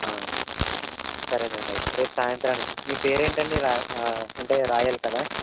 సరే అండి అయితే రేపు సాయంత్రానికి మీ పేరేంటి అండి రా అంటే రాయాలి కదా